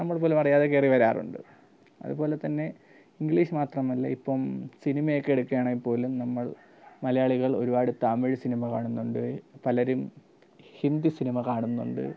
നമ്മൾ പോലും അറിയാതെ കയറി വരാറുണ്ട് അതുപോലെ തന്നെ ഇങ്ക്ളീഷ് മാത്രമല്ല ഇപ്പം സിനിമയൊക്കെ എടുക്കുക ആണെങ്കിൽ പോലും നമ്മൾ മലയാളികൾ ഒരുപാട് തമിഴ് സിനിമ കാണുന്നുണ്ട് പലരും ഹിന്ദി സിനിമ കാണുന്നുണ്ട്